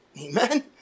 Amen